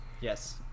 Yes